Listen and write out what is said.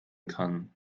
kann